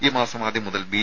ഈ മാസം ആദ്യം മുതൽ ബി